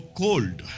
cold